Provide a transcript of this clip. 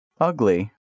Ugly